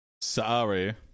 sorry